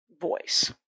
voice